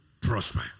prosper